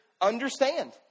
understand